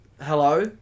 hello